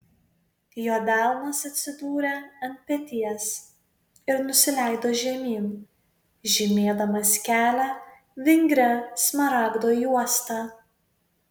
jo delnas atsidūrė ant peties ir nusileido žemyn žymėdamas kelią vingria smaragdo juosta